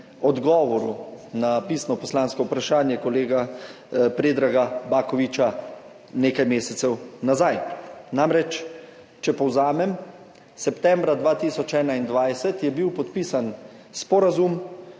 na pisno poslansko vprašanje kolega Predraga Bakovića nekaj mesecev nazaj. Če povzamem. Septembra 2021 je bil podpisan sporazum